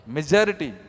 Majority